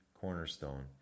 cornerstone